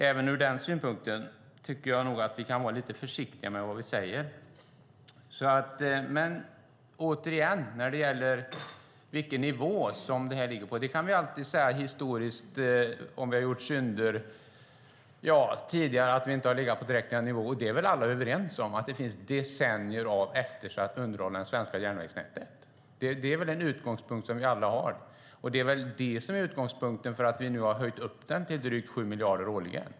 Även ur den synpunkten kan vi alltså vara lite försiktiga med vad vi säger. Historiskt har vi inte legat på rätt nivå. Vi är alla överens om att underhållet av det svenska järnvägsnätet har varit eftersatt i decennier. Det är utgångspunkten för att vi har höjt anslaget till drygt 7 miljarder årligen.